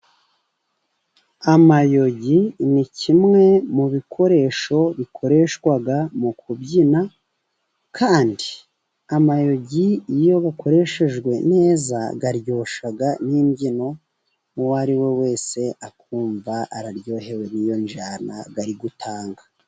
Amayogi ni kimwe mu bikoresho bikoreshwa mu kubyina, kandi amayogi iyo bakoreshejwe neza aryoshya n'imbyino, uwo ari we wese akumva araryohewe n'iyo njyana ari gutanga.